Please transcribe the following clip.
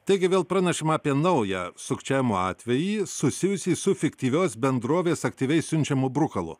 taigi vėl pranešama apie naują sukčiavimo atvejį susijusį su fiktyvios bendrovės aktyviai siunčiamų brukalu